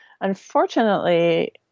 unfortunately